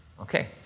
Okay